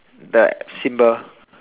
the symbol